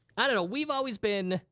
i don't know, we've always been,